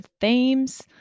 themes